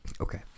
Okay